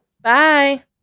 Bye